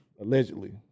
allegedly